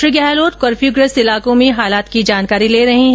श्री गहलोत कर्फ्यूंग्रस्त इलाकों में हालात की जानकारी ले रहे है